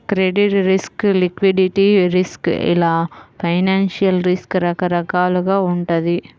credit risk, liquidity risk ఇలా financial risk రకరకాలుగా వుంటది